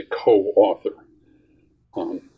co-author